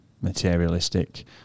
materialistic